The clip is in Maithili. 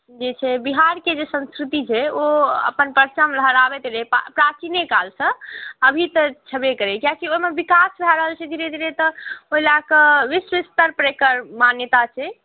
जे छै बिहारके जे संस्कृति छै ओ अपन परचम लहराबैत एलैए प्राचीने कालसँ अभी तऽ छेबे करै कियाकि ओहिमे विकास भए रहल छै धीरे धीरे तऽ ओहि लए कऽ विश्व स्तरपर एकर मान्यता छै